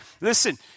listen